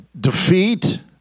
defeat